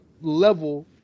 level